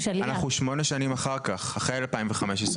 שמונה שנים אחר כך אחרי 2015,